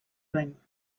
thing